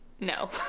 No